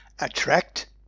attract